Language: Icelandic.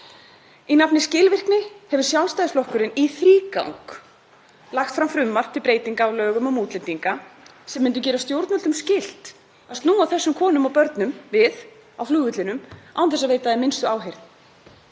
Í nafni skilvirkni hefur Sjálfstæðisflokkurinn í þrígang lagt fram frumvarp til breytinga á lögum um útlendinga sem myndu gera stjórnvöldum skylt að snúa þessum konum og börnum við á flugvellinum án þess að þau fái minnstu áheyrn.